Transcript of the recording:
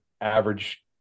average